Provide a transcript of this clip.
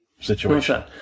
situation